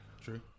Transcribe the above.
true